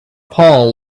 paul